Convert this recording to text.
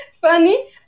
funny